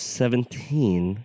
seventeen